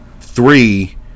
three